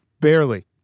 Barely